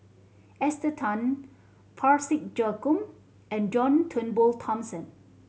Esther Tan Parsick Joaquim and John Turnbull Thomson